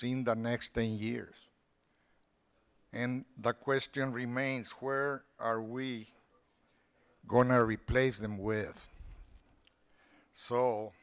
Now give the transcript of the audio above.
seen the next three years and the question remains where are we going to replace them with so